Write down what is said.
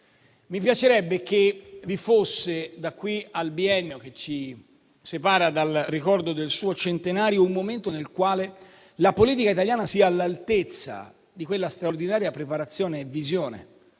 Mi piacerebbe che vi fosse, da qui al biennio che ci separa dal ricordo del suo centenario, un momento nel quale la politica italiana sia all'altezza di quella straordinaria preparazione e visione